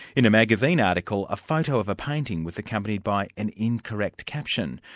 in a magazine article, a photo of a painting was accompanied by an incorrect caption,